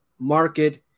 market